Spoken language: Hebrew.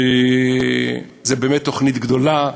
זו באמת תוכנית גדולה.